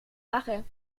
mache